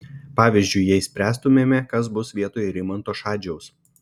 pavyzdžiui jei spręstumėme kas bus vietoj rimanto šadžiaus